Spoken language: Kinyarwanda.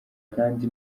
kandi